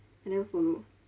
I never follow